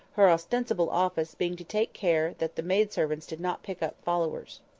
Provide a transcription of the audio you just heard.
her ostensible office being to take care that the maid-servants did not pick up followers.